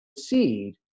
seed